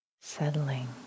settling